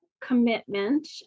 commitment